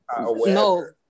no